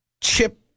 chip